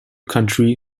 country